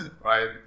Right